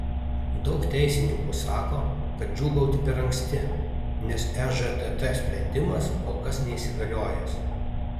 daug teisininkų sako kad džiūgauti per anksti nes ežtt sprendimas kol kas neįsigaliojęs